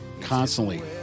Constantly